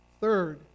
Third